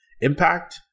impact